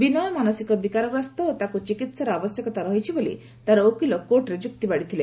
ବିନୟ ମାନସିକ ବିକାରଗ୍ରସ୍ତ ଓ ତାକୁ ଚିକିହାର ଆବଶ୍ୟକତା ରହିଛି ବୋଲି ତାର ଓକିଲ କୋର୍ଟରେ ଯୁକ୍ତି ବାଢିଥିଲେ